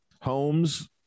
homes